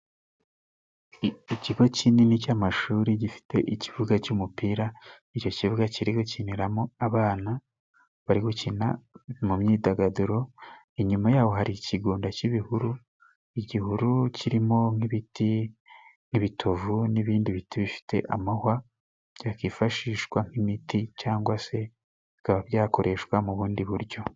Ikigo kinini cy'amashuri gifite ikibuga cy'umupira. Icyo kibuga kirigukiniramo abana. Bari gukina mu myidagaduro, inyuma yaho hari ikigunda cy'ibihuru. Igihuru kirimo nk'ibiti n'ibitovu n'ibindi biti bifite amahwa byakifashishwa nk'imiti cyangwa se bikaba byakoreshwa mu bundi buryo.